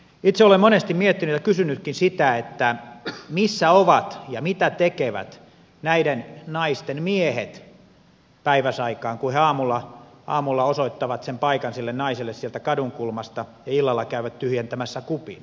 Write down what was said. itse olen monesti miettinyt ja kysynytkin sitä missä ovat ja mitä tekevät näiden naisten miehet päiväsaikaan kun he aamulla osoittavat sen paikan sille naiselle sieltä kadunkulmasta ja illalla käyvät tyhjentämässä kupin